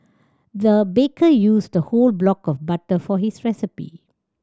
the baker used a whole block of butter for his recipe